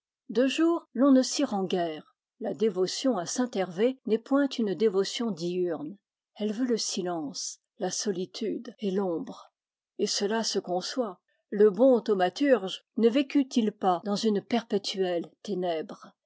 de jour l'on ne s'y rend guère la dévotion à saint hervé n'est point une dévotion diurne elle veut le silence la soli tude et l'ombre et cela se conçoit le bon thaumaturge ne vécut il pas dans une perpétuelle